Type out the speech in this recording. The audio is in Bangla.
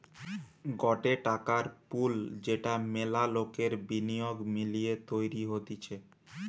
গটে টাকার পুল যেটা মেলা লোকের বিনিয়োগ মিলিয়ে তৈরী হতিছে